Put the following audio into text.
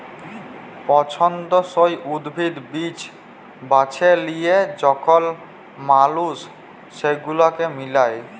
পছল্দসই উদ্ভিদ, বীজ বাছে লিয়ে যখল মালুস সেগুলাকে মিলায়